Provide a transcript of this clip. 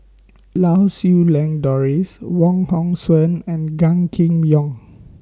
Lau Siew Lang Doris Wong Hong Suen and Gan Kim Yong